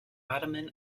ottoman